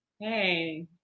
Hey